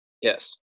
Yes